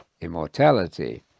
immortality